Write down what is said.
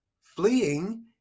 fleeing